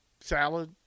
salad